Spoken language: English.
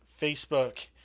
Facebook